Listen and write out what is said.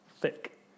thick